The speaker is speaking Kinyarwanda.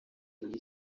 iyi